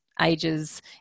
ages